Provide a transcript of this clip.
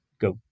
go